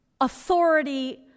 authority